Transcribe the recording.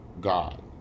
God